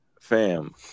fam